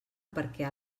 perquè